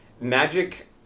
magic